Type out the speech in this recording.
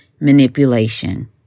manipulation